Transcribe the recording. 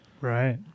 Right